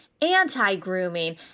anti-grooming